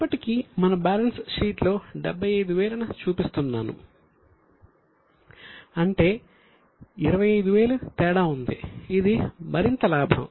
ఇప్పటికి మనము బ్యాలెన్స్ షీట్లో 75000 ను చూపిస్తున్నాను అంటే 25000 తేడా ఉంది ఇది మరింత లాభం